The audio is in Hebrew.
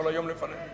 כל היום לפנינו.